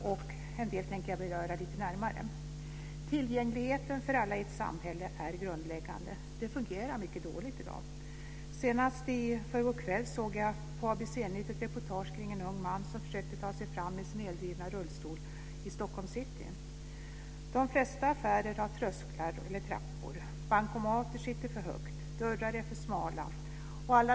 En del tänker jag beröra lite närmare. Tillgängligheten för alla i ett samhälle är grundläggande. Det fungerar mycket dåligt i dag. Senast i förrgår kväll såg jag i ABC-nytt ett reportage om en ung man som försökte ta sig fram i sin eldrivna rullstol i Stockholms city. De flesta affärer har trösklar eller trappor. Bankomater sitter för högt. Dörrar är för smala.